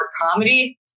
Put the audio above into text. comedy